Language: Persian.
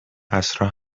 عصرا